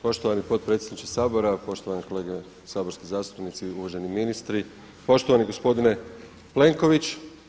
Poštovani potpredsjedniče Sabora, poštovani kolege saborski zastupnici, uvaženi ministri, poštovani gospodine Plenković.